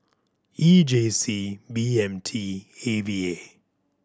E J C B M T A V A